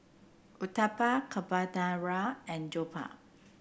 Uthapam Carbonara and jokbal